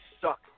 suck